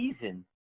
season